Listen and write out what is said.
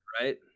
right